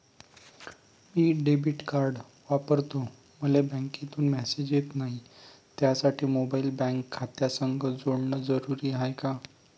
मी debit card वापरतो मले बँकेतून मॅसेज येत नाही, त्यासाठी मोबाईल बँक खात्यासंग जोडनं जरुरी हाय का?